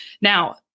Now